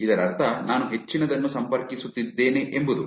ಇದರರ್ಥ ನಾನು ಹೆಚ್ಚಿನದನ್ನು ಸಂಪರ್ಕಿಸುತ್ತಿದ್ದೇನೆ ಎಂಬುದು